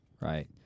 right